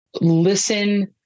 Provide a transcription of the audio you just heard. Listen